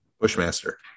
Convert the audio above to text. Bushmaster